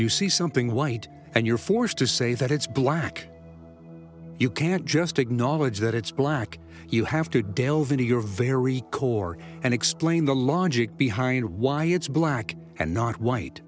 you see something white and you're forced to say that it's black you can't just acknowledge that it's black you have to delve into your very core and explain the logic behind why it's black and not white